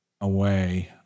away